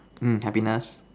mm happiness